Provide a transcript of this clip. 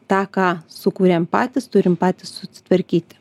tą ką sukuriam patys turim patys susitvarkyti